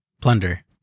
plunder